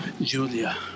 Julia